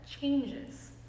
changes